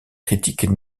critiques